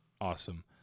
Awesome